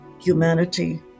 humanity